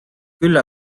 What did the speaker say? küll